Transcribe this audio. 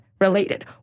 related